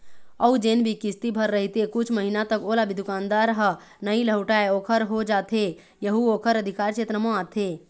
अउ जेन भी किस्ती भर रहिथे कुछ महिना तक ओला भी दुकानदार ह नइ लहुटाय ओखर हो जाथे यहू ओखर अधिकार छेत्र म आथे